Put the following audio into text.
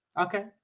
Okay